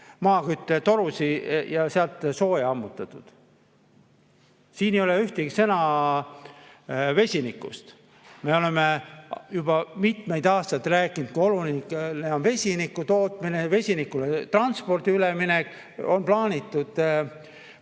maaküttetorusid ja sealt sooja ammutatud. Siin ei ole ühtegi sõna vesinikust. Me oleme juba mitmeid aastaid rääkinud, kui oluline on vesiniku tootmine, vesinikutranspordile üleminek, on plaanitud